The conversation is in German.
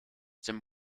dem